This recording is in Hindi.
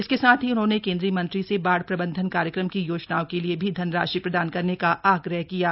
इसके साथ ही उन्होंने केंद्रीय मंत्री से बाढ़ प्रबंधन कार्यक्रम की योजनाओं के लिए भी धनराशि प्रदान करने का आग्रह किया है